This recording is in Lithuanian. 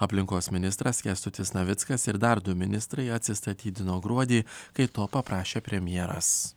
aplinkos ministras kęstutis navickas ir dar du ministrai atsistatydino gruodį kai to paprašė premjeras